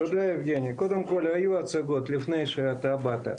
תודה רבה יבגני, קודם כל היו הצגות לפני שאתה באת.